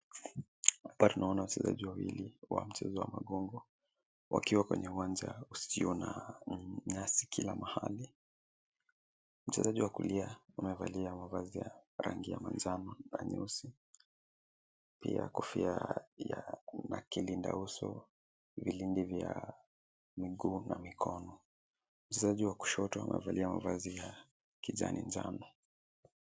Hapa tunaona wachezaji wawili wa mchezo wa magongo wakiwa kwenye uwanja usio na nyasi kila mahali. Mchezaji wa kulia amevalia mavazi ya rangi ya manjano na nyeusi, pia kofia na kilinda uso, vilindi vya miguu na mikono. Mchezaji wa kushoto amevalia mavazi ya kijani njano.